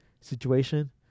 situation